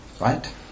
right